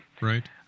Right